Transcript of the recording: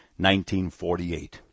1948